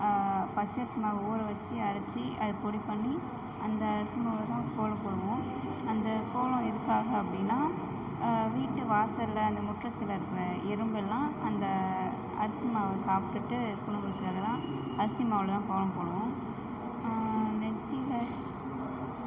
பச்சரிசி மாவு ஊறவச்சி அரைச்சி அது பொடி பண்ணி அந்த அரிசி மாவில் தான் கோலம் போடுவோம் அந்த கோலம் எதுக்காக அப்படின்னா வீட்டு வாசலில் அந்த முற்றத்தில் இருக்கிற எறும்பெல்லாம் அந்த அரிசி மாவை சாப்பிடுட்டு இருக்கணுங்குறதுக்காக தான் அரிசி மாவில் தான் கோலம் போடுவோம் நெத்தியில்